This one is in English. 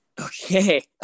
Okay